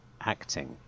acting